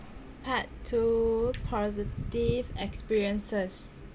part two two positive experiences